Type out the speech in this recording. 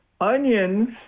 onions